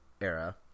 era